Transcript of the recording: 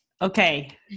Okay